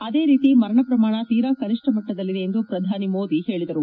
ಅದೇ ರೀತಿ ಮರಣ ಪ್ರಮಾಣ ತೀರಾ ಕನಿಷ್ಠ ಮಟ್ಟದಲ್ಲಿದೆ ಎಂದು ಶ್ರಧಾನಿ ಮೋದಿ ಹೇಳದರು